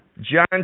John